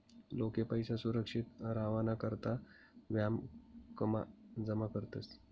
लोके पैसा सुरक्षित रावाना करता ब्यांकमा जमा करतस